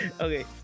Okay